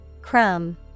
Crumb